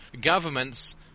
governments